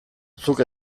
zuk